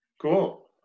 Cool